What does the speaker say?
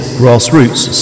grassroots